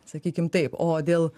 sakykim taip o dėl